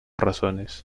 razones